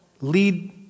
lead